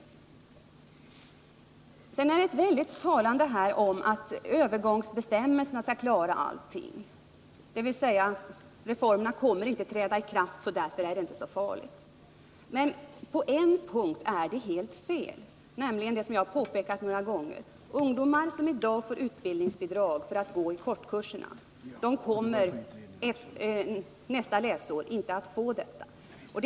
Vidare talas det hela tiden väldigt mycket om att övergångsbestämmelserna skall lösa alla problem, dvs. att reformerna inte kommer att träda i kraft till hösten, så därför är det inte så farligt. Men på en punkt är det resonemanget helt felaktigt, och det har jag påpekat flera gånger. Det gäller de ungdomar som i dag får utbildningsbidrag för att gå i kortkurserna. De kommer inte att få det nästa läsår.